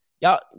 y'all